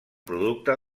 producte